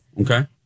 Okay